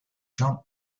john